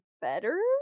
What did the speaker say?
better